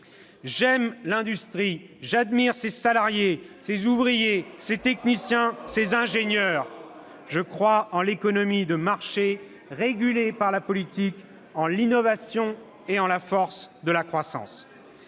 J'aime l'industrie : j'admire ses salariés, ouvriers, techniciens et ingénieurs. Je crois en l'économie de marché régulée par le politique, en l'innovation et en la force de la croissance.